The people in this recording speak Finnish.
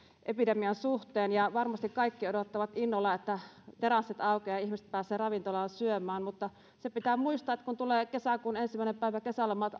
epidemian suhteen ja varmasti kaikki odottavat innolla että terassit aukeavat ja ihmiset pääsevät ravintolaan syömään mutta se pitää muistaa että kun tulee kesäkuun ensimmäinen päivä kesälomat